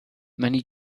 many